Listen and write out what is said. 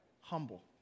humble